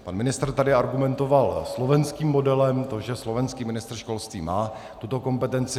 Pan ministr tady argumentoval slovenským modelem, že slovenský ministr školství má tuto kompetenci.